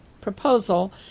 proposal